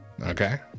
Okay